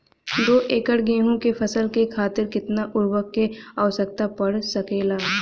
दो एकड़ गेहूँ के फसल के खातीर कितना उर्वरक क आवश्यकता पड़ सकेल?